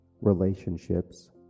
relationships